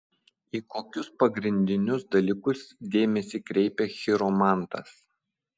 į kokius pagrindinius dalykus dėmesį kreipia chiromantas